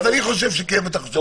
אז אני חושב שכן ואתה חושב שלא.